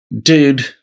Dude